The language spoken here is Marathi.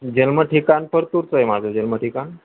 जन्म ठिकाण परतूरचं आहे माझं जन्म ठिकाण